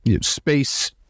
space